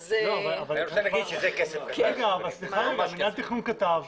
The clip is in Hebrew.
אבל מינהל התכנון כתב